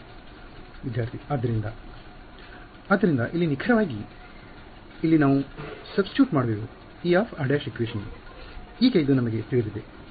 ಹೌದ ವಿದ್ಯಾರ್ಥಿ ಆದ್ದರಿಂದ ಆದ್ದರಿಂದ ಇಲ್ಲಿ ನಿಖರವಾಗಿ ಇಲ್ಲಿ ನಾವು ಸಬ್ ಸ್ಟೂಟ್ ಮಾಡುವೆವು Er′ ∑ anpnr′ ಈಗ ಇದು ನಮಗೆ ತಿಳಿದಿದೆ